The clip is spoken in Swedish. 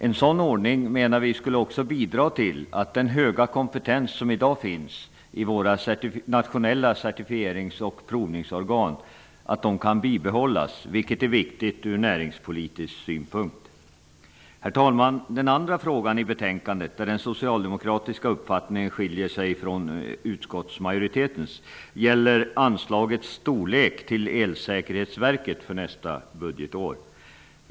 En sådan ordning menar vi också skulle bidra till att den höga kompetens som i dag finns i våra nationella certifierings och provningsorgan kan bibehållas, vilket är viktigt ur näringspolitisk synpunkt. Herr talman! Den andra frågan i betänkandet där den socialdemokratiska uppfattnigen skiljer sig från utskottsmajoritetens gäller storleken på anslaget till Elsäkerhetsverket för nästa budgetår.